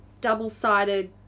double-sided